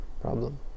problem